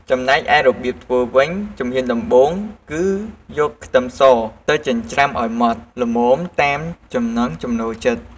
ចំណែកឯរបៀបធ្វើវិញ ជំហានដំបូង គឺ យកខ្ទឹមស ទៅចិញ្ច្រាំឱ្យម៉ដ្ឋល្មមតាមចំណង់ចំណូលចិត្ត។